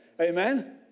Amen